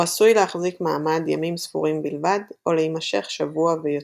הוא עשוי להחזיק מעמד ימים ספורים בלבד או להימשך שבוע ויותר.